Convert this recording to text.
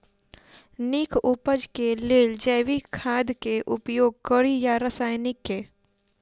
नीक उपज केँ लेल जैविक खाद केँ उपयोग कड़ी या रासायनिक केँ?